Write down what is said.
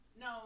No